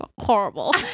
horrible